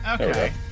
Okay